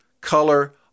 color